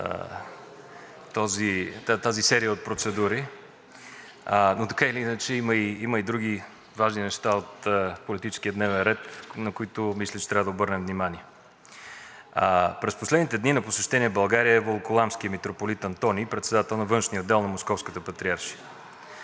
тази серия от процедури, но така или иначе има и други важни неща от политическия дневен ред, на които мисля, че трябва да обърнем внимание. През последните дни на посещение в България е Волоколамският митрополит Антоний, председател на външния отдел на Московската патриаршия.